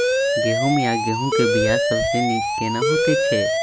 गहूम या गेहूं के बिया सबसे नीक केना होयत छै?